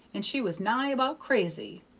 and she was nigh about crazy,